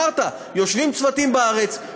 אמרת: יושבים צוותים בארץ,